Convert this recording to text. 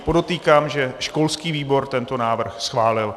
Podotýkám, že školský výbor tento návrh schválil.